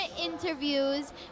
interviews